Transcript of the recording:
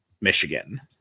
Michigan